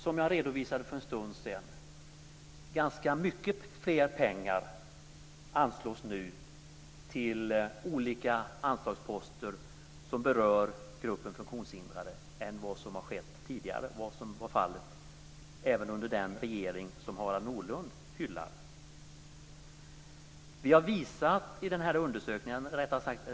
Som jag redovisade för en stund sedan anslås nu ganska mycket mera pengar till olika anslagsposter som berör gruppen funktionshindrade än vad som skett tidigare och vad som var fallet även under den regering som Harald Nordlund hyllar.